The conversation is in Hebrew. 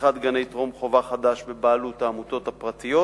פתיחת גני טרום-חובה חדשים בבעלות העמותות הפרטיות,